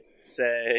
say